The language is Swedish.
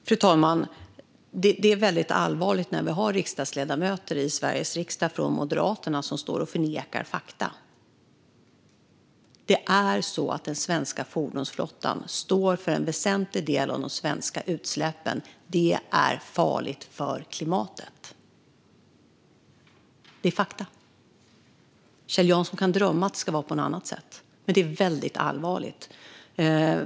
Fru talman! Det är väldigt allvarligt när vi har riksdagsledamöter i Sveriges riksdag från Moderaterna som står och förnekar fakta. Den svenska fordonsflottan står för en väsentlig del av de svenska utsläppen. Det är farligt för klimatet. Det är fakta. Kjell Jansson kan drömma om att det ska vara på något annat sätt, men detta är väldigt allvarligt.